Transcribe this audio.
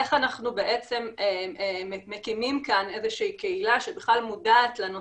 איך אנחנו בעצם מקימים כאן איזו שהיא קהילה של יזמים